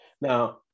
Now